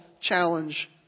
challenge